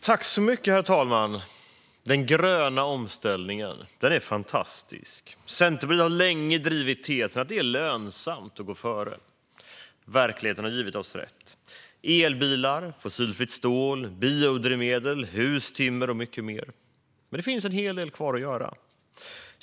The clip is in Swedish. Herr talman! Den gröna omställningen är fantastisk. Centerpartiet har länge drivit tesen att det är lönsamt att gå före, och verkligheten har givit oss rätt: elbilar, fossilfritt stål, biodrivmedel, hustimmer och mycket mer. Men det finns en hel del kvar att göra.